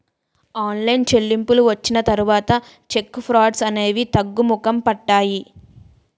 online చెల్లింపులు వచ్చిన తర్వాత చెక్ ఫ్రాడ్స్ అనేవి తగ్గుముఖం పట్టాయి